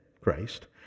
Christ